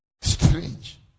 Strange